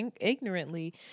ignorantly